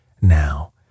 Now